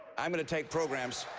i'm going to take programs.